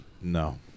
No